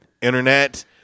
Internet